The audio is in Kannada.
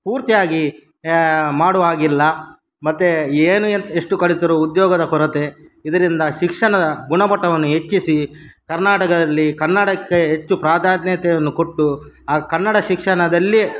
ಪೂರ್ತಿಯಾಗಿ ಮಾಡುವ ಹಾಗಿಲ್ಲ ಮತ್ತು ಏನು ಎಂತ ಎಷ್ಟು ಕಲಿತರು ಉದ್ಯೋಗದ ಕೊರತೆ ಇದರಿಂದ ಶಿಕ್ಷಣದ ಗುಣಮಟ್ಟವನ್ನು ಹೆಚ್ಚಿಸಿ ಕರ್ನಾಟಕದಲ್ಲಿ ಕನ್ನಡಕ್ಕೆ ಹೆಚ್ಚು ಪ್ರಾಧಾನ್ಯತೆಯನ್ನು ಕೊಟ್ಟು ಆ ಕನ್ನಡ ಶಿಕ್ಷಣದಲ್ಲಿ